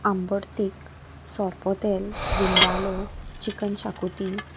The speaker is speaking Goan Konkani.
आंबट तीक सोरपोतेल विंदालो चिकन शाकोती